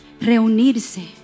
Reunirse